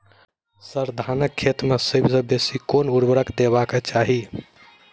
sir, धानक खेत मे सबसँ बेसी केँ ऊर्वरक देबाक चाहि